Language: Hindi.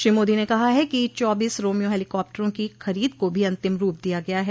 श्री मोदी ने कहा है कि चौबीस रोमियो हैलीकॉप्टरों की खरीद को भी अंतिम रूप दिया गया है